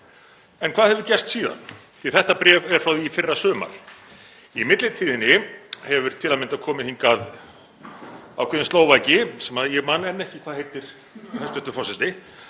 En hvað hefur gerst síðan, því að þetta bréf er frá því í fyrrasumar? Í millitíðinni hefur til að mynda komið hingað ákveðinn Slóvaki, sem ég man ekki hvað heitir, hæstv. forseti,